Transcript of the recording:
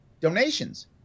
donations